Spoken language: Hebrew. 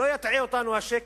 שלא יטעה אותנו השקט.